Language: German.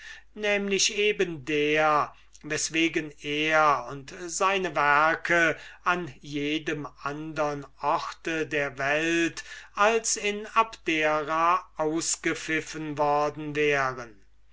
eben der weswegen er und seine werke an jedem andern orte der welt als in abdera ausgepfiffen worden wären